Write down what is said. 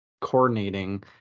coordinating